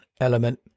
element